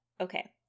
Okay